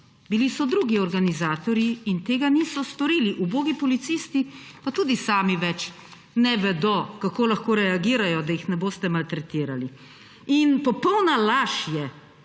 Bili so drugi organizatorji in tega niso storili. Ubogi policisti pa tudi sami več ne vedo, kako lahko reagirajo, da jih ne boste maltretirali. In popolna laž je,